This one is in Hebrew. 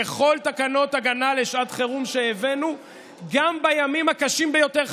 בכל תקנות ההגנה לשעת חירום שהבאנו גם בימים הקשים ביותר,